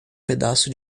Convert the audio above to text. pedaço